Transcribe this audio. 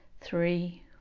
three